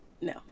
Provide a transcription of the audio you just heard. no